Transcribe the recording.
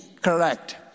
correct